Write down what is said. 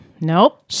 Nope